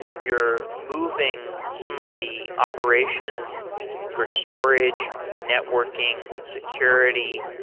you're moving some of the operations for storage, networking, security.